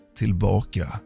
tillbaka